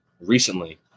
recently